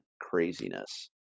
craziness